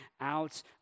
out